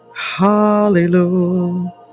Hallelujah